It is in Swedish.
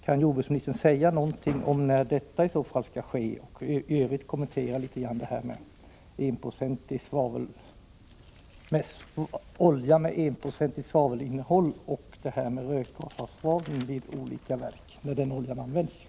Kan jordbruksministern säga någonting om när detta i så fall skall ske, och i övrigt kommentera frågan om olja med enprocentigt svavelinnehåll och rökgasavsvavlingen vid olika verk då den oljan används?